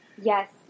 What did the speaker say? Yes